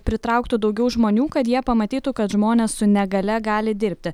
pritrauktų daugiau žmonių kad jie pamatytų kad žmonės su negalia gali dirbti